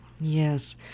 Yes